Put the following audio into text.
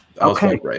Okay